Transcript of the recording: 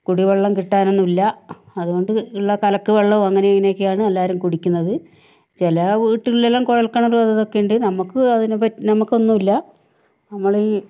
കുടിവെള്ളം കിട്ടാനൊന്നും ഇല്ല അത് കൊണ്ട് ഉള്ള കലക്ക വെള്ളവും അങ്ങനെയും ഇങ്ങനെയൊക്കെയാണ് എല്ലാവരും കുടിക്കുന്നത് ചില വീട്ടിൽ എല്ലാം കുഴൽകിണർ അത് ഇതൊക്കെയുണ്ട് നമുക്ക് ഒന്നും ഇല്ല നമ്മൾ ഈ